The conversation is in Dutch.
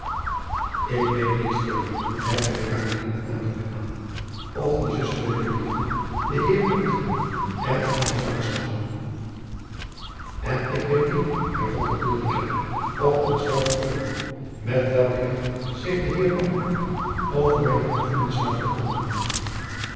ik weet niet freule merkte de kamenier met nadruk aan of die zusterlijke liefde den heer ambtman erg aan zoude staan en ik weet niet hervatte ulrica op een scherpen toon met welk recht zich de heer ambtman over mijne gevoelens zoude bekommeren